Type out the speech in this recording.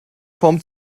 vom